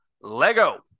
Lego